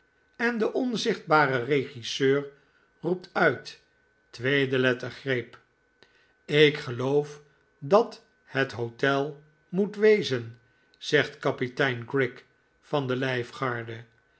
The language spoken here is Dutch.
en de onzichtbare regisseur roept uit tweede lettergreep ik geloof dat het hotel moet wezen zegt kapitein grigg van de